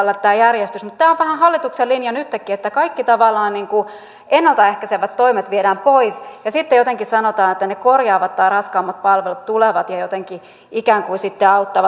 mutta tämä on vähän hallituksen linja nyttenkin että tavallaan kaikki ennalta ehkäisevät toimet viedään pois ja sitten jotenkin sanotaan että ne korjaavat tai raskaammat palvelut tulevat ja jotenkin ikään kuin sitten auttavat